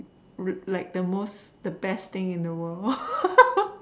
like the most the best thing in the world